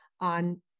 on